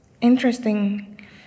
interesting